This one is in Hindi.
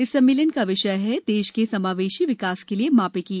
इस सम्मेलन का विषय है देश के समावेशी विकास के लिए मापिकी